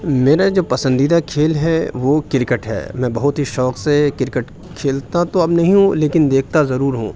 میرا جو پسندیدہ کھیل ہے وہ کرکٹ ہے میں بہت ہی شوق سے کرکٹ کھیلتا تو اب نہیں ہوں لیکن دیکھتا ضرور ہوں